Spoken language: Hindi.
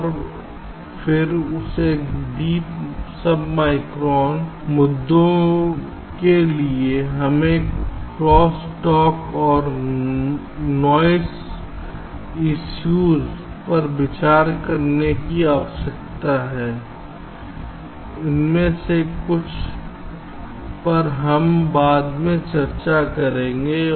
और फिर से गहरे उप माइक्रोन मुद्दों के लिए हमें क्रॉस टॉक और नॉइस इश्यूज पर विचार करने की आवश्यकता है इनमें से कुछ पर हम बाद में चर्चा करेंगे